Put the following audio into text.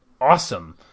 awesome